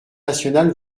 national